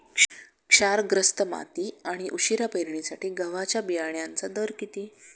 क्षारग्रस्त माती आणि उशिरा पेरणीसाठी गव्हाच्या बियाण्यांचा दर किती?